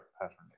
patterns